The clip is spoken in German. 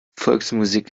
volksmusik